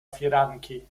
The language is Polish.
firanki